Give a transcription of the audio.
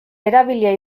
erabilia